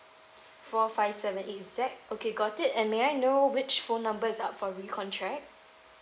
four five seven eight six okay got it and may I know which phone numbers are up for recontract